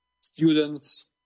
students